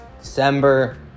December